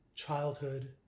childhood